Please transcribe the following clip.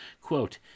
Quote